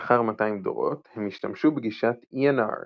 לאחר 200 דורות, הם השתמשו בגישת E&R